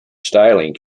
styling